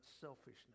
selfishness